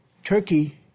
Turkey